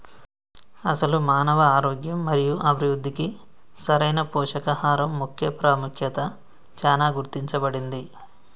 అసలు మానవ ఆరోగ్యం మరియు అభివృద్ధికి సరైన పోషకాహరం మొక్క పాముఖ్యత చానా గుర్తించబడింది